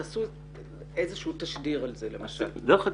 תעשו סוג של תשדיר למשל --- זה לא רק אנחנו,